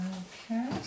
okay